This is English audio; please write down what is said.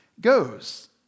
goes